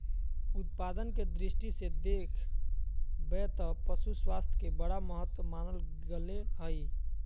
उत्पादन के दृष्टि से देख बैय त पशु स्वास्थ्य के बड़ा महत्व मानल गले हइ